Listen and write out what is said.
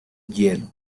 hielo